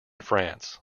france